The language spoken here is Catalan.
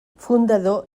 fundador